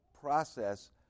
process